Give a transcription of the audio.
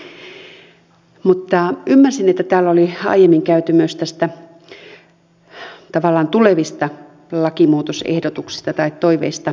ymmärsin että täällä oli aiemmin käyty myös tavallaan näistä tulevista lakimuutosehdotuksista tai toiveista keskustelua